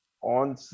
on